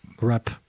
wrap